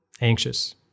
anxious